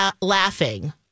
laughing